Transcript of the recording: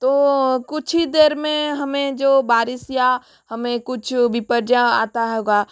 तो कुछ ही देर में हमें जो बारिश या हमें कुछ विपदा आता होगा